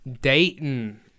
Dayton